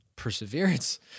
Perseverance